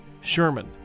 Sherman